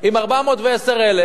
עם 410,000,